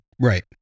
Right